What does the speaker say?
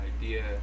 idea